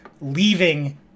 leaving